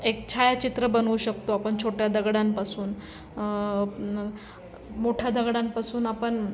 एक छायाचित्र बनवू शकतो आपण छोट्या दगडांपासून न् मोठ्या दगडांपासून आपण